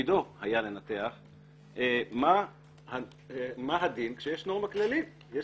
תפקידו היה לנתח מה הדין כשיש נורמה כללית ויש